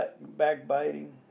backbiting